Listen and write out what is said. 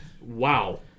wow